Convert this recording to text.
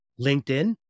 LinkedIn